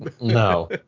No